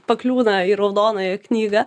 pakliūna į raudonąją knygą